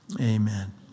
Amen